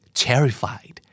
terrified